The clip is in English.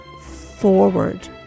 forward